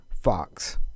Fox